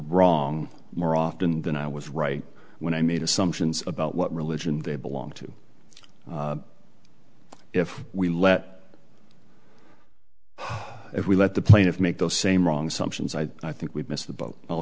wrong more often than i was right when i made assumptions about what religion they belong to if we let if we let the plaintiffs make the same wrong sumption i think we've missed the boat i'll